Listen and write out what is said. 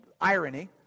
irony